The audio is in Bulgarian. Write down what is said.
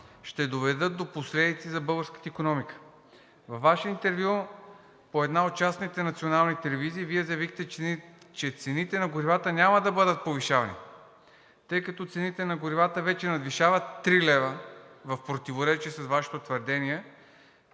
ще доведат до последици за българската икономика. Във Ваше интервю по една от частните национални телевизии Вие заявихте, че цените на горивата няма да бъдат повишавани. Тъй като цените на горивата вече надвишават три лева, в противоречие с Вашето твърдение,